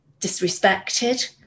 disrespected